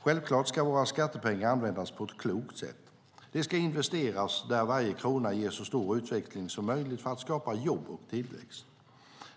Självklart ska våra skattepengar användas på ett klokt sätt. De ska investeras där varje krona ger så stor utväxling som möjligt för att skapa jobb och tillväxt.